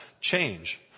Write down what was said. change